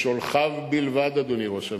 לשולחיו בלבד, אדוני ראש הממשלה.